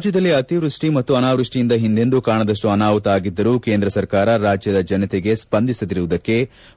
ರಾಜ್ಯದಲ್ಲಿ ಅತಿವೃಷ್ಟಿ ಮತ್ತು ಅನಾವೃಷ್ಟಿಯಿಂದ ಹಿಂದೆಂದೂ ಕಾಣದಷ್ಟು ಅನಾಹುತ ಆಗಿದ್ದರೂ ಕೇಂದ್ರ ಸರ್ಕಾರ ರಾಜ್ವದ ಜನತೆಗೆ ಸ್ಪಂದನೆ ಮಾಡದಿರುವುದಕ್ಕೆ